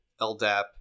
LDAP